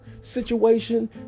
situation